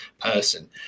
person